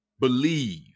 Believe